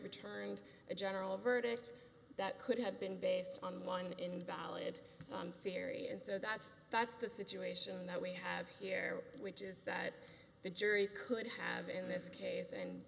returned a general verdict that could have been based on one invalid theory and so that's that's the situation that we have here which is that the jury could have in this case and